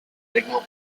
ritmo